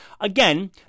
again